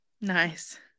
nice